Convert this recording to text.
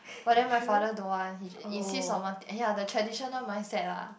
but then my father don't want he insist on want ya the traditional mindset lah